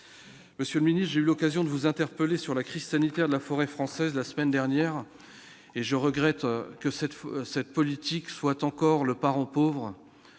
monsieur le Ministre, j'ai eu l'occasion de vous interpeller sur la crise sanitaire de la forêt française la semaine dernière et je regrette que cette cette politique soit encore le parent pauvre